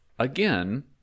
Again